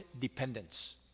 dependence